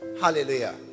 Hallelujah